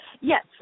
Yes